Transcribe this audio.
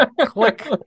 click